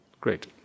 Great